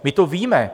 My to víme.